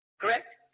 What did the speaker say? Correct